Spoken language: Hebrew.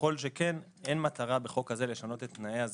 ככל שכן אין מטרה בחוק הזה לשנות את תנאי הזכאות.